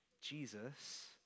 Jesus